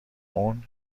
اون